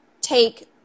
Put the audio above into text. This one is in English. take